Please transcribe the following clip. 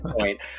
point